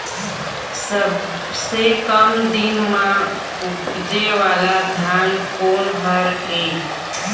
सबसे कम दिन म उपजे वाला धान कोन हर ये?